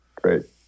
great